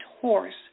horse